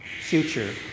future